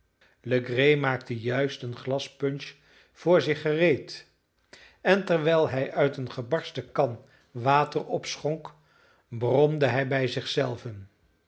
legree maakte juist een glas punch voor zich gereed en terwijl hij uit een gebarsten kan water opschonk bromde hij